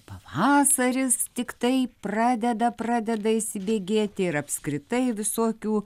pavasaris tiktai pradeda pradeda įsibėgėti ir apskritai visokių